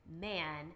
man